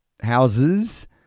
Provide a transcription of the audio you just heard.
houses